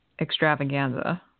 extravaganza